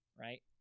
right